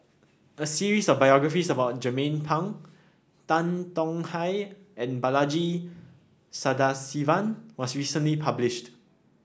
a series of biographies about Jernnine Pang Tan Tong Hye and Balaji Sadasivan was recently published